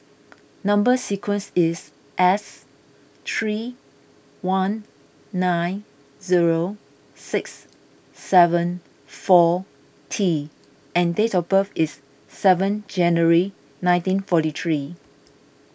Number Sequence is S three one nine zero six seven four T and date of birth is seventh January nineteen forty three